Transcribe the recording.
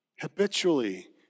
Habitually